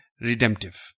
redemptive